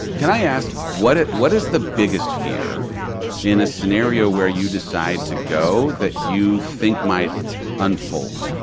can i ask, what what is the biggest fear in a scenario where you decide to go that you think might unfold?